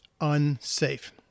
Unsafe